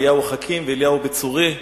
אליהו חכים ואליהו בית-צורי,